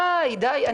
די, די.